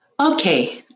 Okay